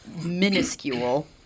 Minuscule